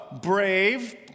brave